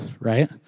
right